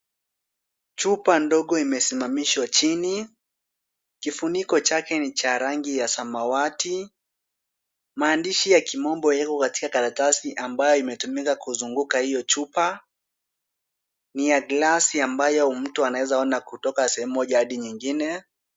Chupa ndogo imesimamishwa chini, kifuniko chake ni Cha rangi ya samawati, maandishi ya kimombo iko katika karatasi ambayo imetumika kuzunguka hio chupa, ni ya glasi ambayo mtu anaezaona kutoka sehemu mmoja hadi nyingine.